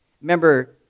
Remember